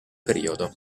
periodo